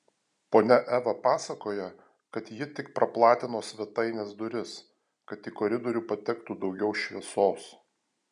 ponia eva pasakoja kad ji tik praplatino svetainės duris kad į koridorių patektų daugiau šviesos